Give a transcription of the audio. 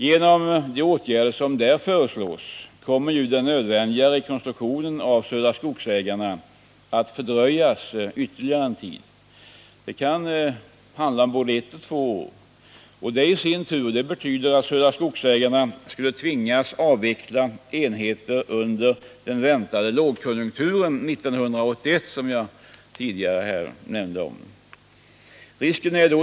Genom de åtgärder som där föreslås kommer ju den nödvändiga rekonstruktionen av Södra Skogsägarna att fördröjas ytterligare en tid. Det kan handla om både ett och två år. Detta i sin tur betyder att Södra Skogsägarna skulle tvingas att avveckla enheter under den väntade lågkonjunkturen 1981. som jag tidigare omnämnde. Risken är då.